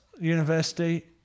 university